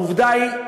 העובדה היא,